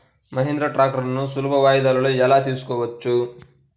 మహీంద్రా ట్రాక్టర్లను సులభ వాయిదాలలో ఎలా తీసుకోవచ్చు?